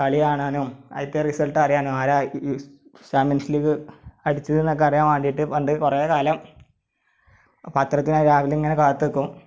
കളി കാണാനും അതിലത്തെ റിസള്ട്ട് അറിയാനും ആരാ ഈ ചാമ്പ്യന്സ് ലീഗ് അടിച്ചത് എന്നൊക്കെ അറിയാന് വേണ്ടിയിട്ടും പണ്ട് കുറേ കാലം പത്രത്തിനായി രാവിലെ ഇങ്ങനെ കാത്ത് നിൽക്കും